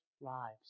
lives